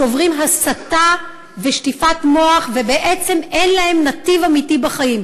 שעוברים הסתה ושטיפת מוח ובעצם אין להם נתיב אמיתי בחיים.